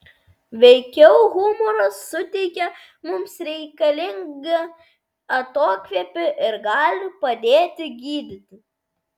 veikiau humoras suteikia mums reikalingą atokvėpį ir gali padėti gydyti